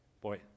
Boy